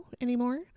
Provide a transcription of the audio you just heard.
anymore